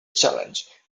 challenge